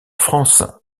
france